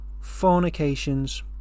fornications